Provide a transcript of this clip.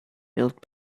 built